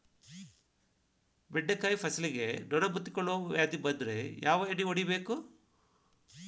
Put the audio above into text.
ಬೆಂಡೆಕಾಯ ಫಸಲಿಗೆ ನೊಣ ಮುತ್ತಿಕೊಳ್ಳುವ ವ್ಯಾಧಿ ಬಂದ್ರ ಯಾವ ಎಣ್ಣಿ ಹೊಡಿಯಬೇಕು?